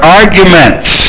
arguments